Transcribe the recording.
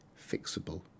fixable